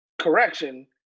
correction